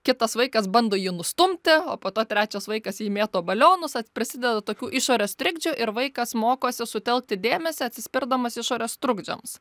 kitas vaikas bando jį nustumti o po to trečias vaikas į jį mėto balionus prisideda tokių išorės trikdžių ir vaikas mokosi sutelkti dėmesį atsispirdamas išorės trukdžiams